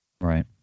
Right